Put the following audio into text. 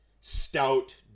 stout